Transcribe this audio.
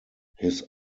his